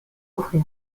offrir